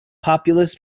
populous